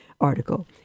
article